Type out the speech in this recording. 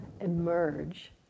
emerge